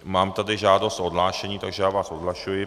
Mám tady žádost o odhlášení, takže vás odhlašuji.